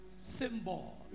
symbol